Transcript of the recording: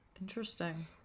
interesting